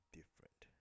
different